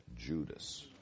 Judas